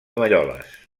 malloles